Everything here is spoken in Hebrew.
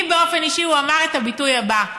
לי באופן אישי הוא אמר את הביטוי הבא: